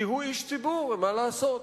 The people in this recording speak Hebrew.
כי הוא איש ציבור, מה לעשות.